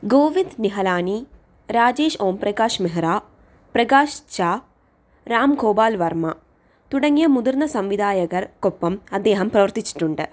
ഗോവിന്ദ് നിഹലാനി രാജേഷ് ഓംപ്രകാശ് മെഹ്റ പ്രകാശ് ച്ചാ രാം ഗോപാൽ വർമ്മ തുടങ്ങിയ മുതിർന്ന സംവിധായകർക്കൊപ്പം അദ്ദേഹം പ്രവർത്തിച്ചിട്ടുണ്ട്